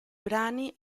brani